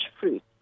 fruit